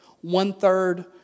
one-third